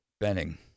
benning